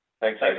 Thanks